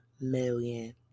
million